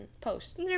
post